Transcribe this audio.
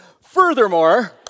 Furthermore